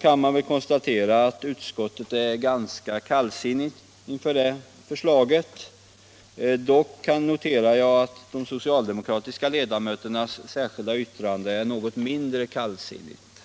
kan man väl konstatera att utskottet är ganska kallsinnigt inför det förslaget. Dock noterar jag att de socialdemokratiska ledamöternas särskilda yttrande är något mindre kallsinnigt.